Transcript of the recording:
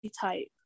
type